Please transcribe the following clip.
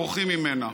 בורחים ממנה,